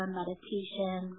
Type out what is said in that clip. meditation